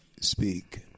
speak